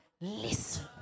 Listen